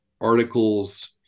articles